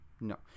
no